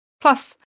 Plus